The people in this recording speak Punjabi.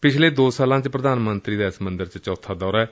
ਪਿਛਲੇ ਦੋ ਸਾਲਾ ਚ ਪ੍ਰਧਾਨ ਮੰਤਰੀ ਦਾ ਇਸ ਮੰਦਰ ਦਾ ਇਹ ਚੌਥਾ ਦੌਰਾ ਏ